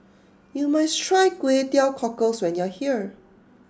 you must try Kway Teow Cockles when you are here